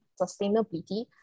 sustainability